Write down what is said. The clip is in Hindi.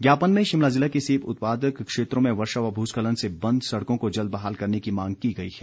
ज्ञापन में शिमला ज़िला के सेब उत्पादक क्षेत्रों में वर्षा व भूस्खलन से बंद सड़कों को जल्द बहाल करने की मांग की गई है